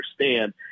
understand